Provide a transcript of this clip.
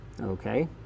Okay